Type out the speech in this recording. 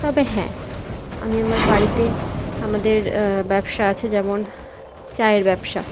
তবে হ্যাঁ আমি আমার বাড়িতে আমাদের ব্যবসা আছে যেমন চায়ের ব্যবসা